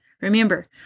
Remember